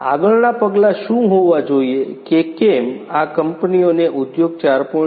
આગળના પગલાં શું હોવા જોઈએ કે કેમ આ કંપનીઓને ઉદ્યોગ 4